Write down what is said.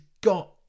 got